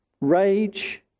rage